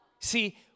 See